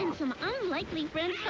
some unlikely friends